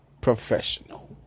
Professional